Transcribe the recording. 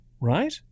right